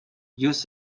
use